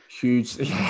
Huge